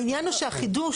העניין הוא שהחידוש,